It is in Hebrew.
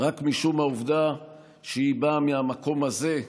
רק משום העובדה שהיא באה מהמקום הזה,